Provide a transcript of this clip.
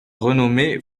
renommé